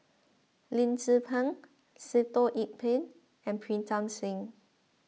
Lim Tze Peng Sitoh Yih Pin and Pritam Singh